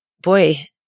boy